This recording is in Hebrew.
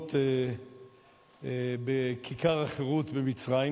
המהומות בכיכר החירות במצרים,